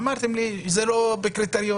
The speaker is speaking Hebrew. אמרתם לי שזה לא בקריטריונים.